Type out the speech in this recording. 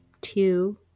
two